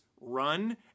run